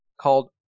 called